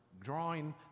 drawing